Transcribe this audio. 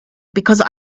because